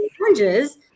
oranges